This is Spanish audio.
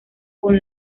con